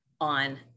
on